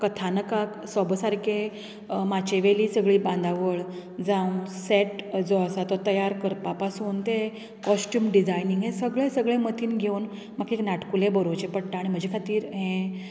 कथानकाक सोब सारकें माचयेवेली सगळीं बांदावळ जावं सॅट जो आसा तो तयार करपा पासून ते कॉस्ट्यूम डिजायनींग हें सगळें सगळें मतींत घेवन म्हाका एक नाटकुलें बरोवचें पडटा आनी म्हजे खातीर हे